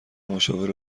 مشاور